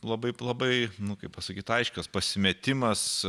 labai labai nu kaip pasakyt aiškios pasimetimas